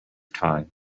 time